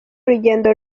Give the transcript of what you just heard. urugendo